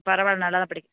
பரவாயில்ல நல்லா தான் படி